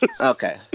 Okay